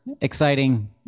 exciting